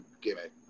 gimmick